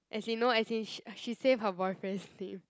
as in no as in she she save her boyfriend's name